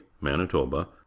manitoba